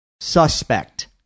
suspect